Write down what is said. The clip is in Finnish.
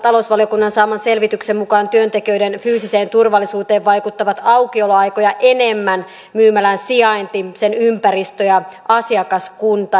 talousvaliokunnan saaman selvityksen mukaan työntekijöiden fyysiseen turvallisuuteen vaikuttavat aukioloaikoja enemmän myymälän sijainti sen ympäristö ja asiakaskunta